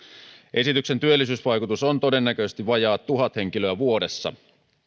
esityksen työllisyysvaikutus on todennäköisesti vajaa tuhat henkilöä vuodessa